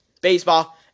baseball